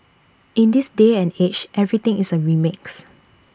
in this day and age everything is A remix